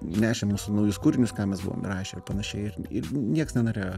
nešė mūsų naujus kūrinius ką mes buvom įrašę ir panašiai ir nieks nenorėjo